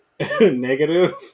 negative